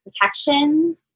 protection